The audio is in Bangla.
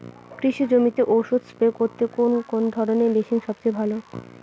কৃষি জমিতে ওষুধ স্প্রে করতে কোন ধরণের মেশিন সবচেয়ে ভালো?